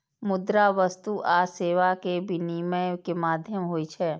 मुद्रा वस्तु आ सेवा के विनिमय के माध्यम होइ छै